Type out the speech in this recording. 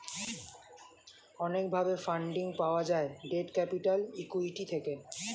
অনেক ভাবে ফান্ডিং পাওয়া যায় ডেট ক্যাপিটাল, ইক্যুইটি থেকে